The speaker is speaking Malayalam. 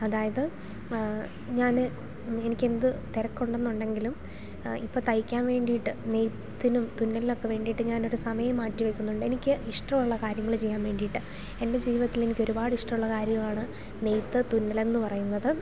അതായത് ഞാൻ ഇനി എനിക്ക് എന്ത് തിരക്ക് ഉണ്ട് എന്നുണ്ടെങ്കിലും ഇപ്പം തയ്ക്കാൻ വേണ്ടിയിട്ട് നെയ്ത്തിനും തുന്നലിനൊക്കെ വേണ്ടിയിട്ട് ഞാൻ ഒരു സമയം മാറ്റിവയ്ക്കുന്നുണ്ട് എനിക്ക് ഇഷ്ടമുള്ള കാര്യങ്ങൾ ചെയ്യാൻ വേണ്ടിയിട്ട് എൻ്റെ ജീവിതത്തിൽ എനിക്ക് ഒരുപാട് ഇഷ്ടമുള്ള കാര്യമാണ് നെയ്ത്ത് തുന്നൽ എന്നു പറയുന്നത്